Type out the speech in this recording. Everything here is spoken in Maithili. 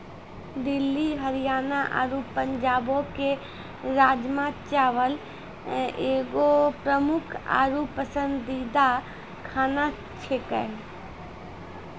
दिल्ली हरियाणा आरु पंजाबो के राजमा चावल एगो प्रमुख आरु पसंदीदा खाना छेकै